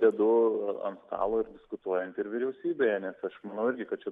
dedu ant stalo ir diskutuojant ir vyriausybėje nes aš manau irgi kad čia